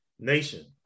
Nation